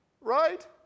Right